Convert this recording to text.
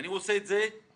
אני עושה את זה יום-יום.